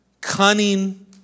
cunning